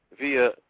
via